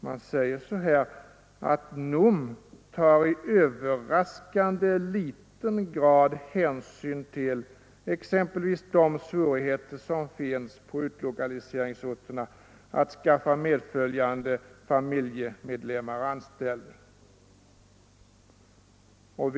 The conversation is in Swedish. Man säger att NOM i överraskande liten grad tar hänsyn till exempelvis de svårigheter som finns på utlokaliseringsorterna att skaffa medföljande familjemedlemmar anställning.